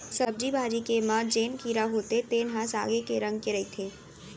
सब्जी भाजी के म जेन कीरा होथे तेन ह सागे के रंग के रहिथे